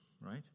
Right